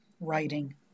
writing